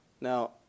Now